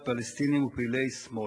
פלסטינים ופעילי שמאל,